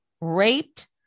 raped